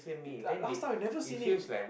like last time I've never seen him